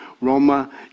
roma